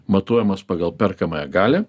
matuojamas pagal perkamąją galią